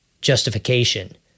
justification